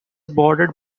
bordered